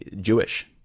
Jewish